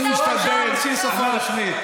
היא שפה רשמית.